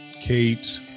Kate